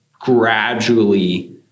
gradually